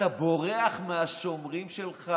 גברתי היושבת-ראש,